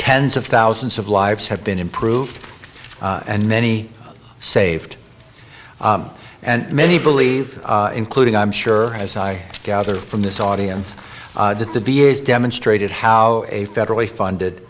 tens of thousands of lives have been improved and many saved and many believe including i'm sure as i gather from this audience that the da has demonstrated how a federally funded